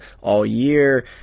all-year